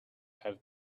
have